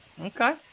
okay